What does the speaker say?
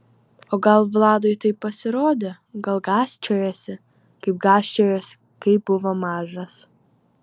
o gal vladui taip pasirodė gal gąsčiojasi kaip gąsčiojosi kai buvo mažas